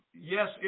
Yes